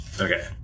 Okay